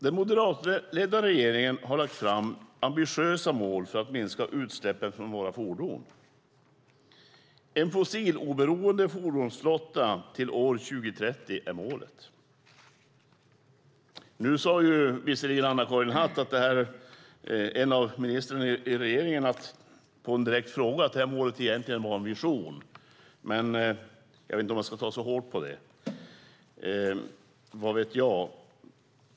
Den moderatledda regeringen har lagt fram ambitiösa mål för att minska utsläppen från våra fordon. En fossiloberoende fordonsflotta till år 2030 är målet. Nu sade visserligen Anna-Karin Hatt, en av ministrarna i regeringen, på en direkt fråga att målet egentligen är en vision. Men jag vet inte om jag ska ta så hårt på det - vad vet jag?